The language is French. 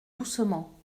doucement